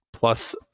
Plus